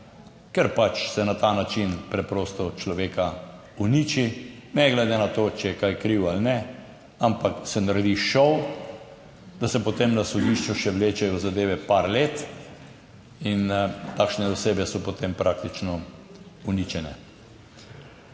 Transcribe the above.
ker pač se na ta način preprosto človeka uniči ne glede na to, če je kaj kriv ali ne, ampak se naredi šov, da se potem na sodišču še vlečejo zadeve par let in takšne osebe so potem praktično uničene.